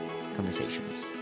conversations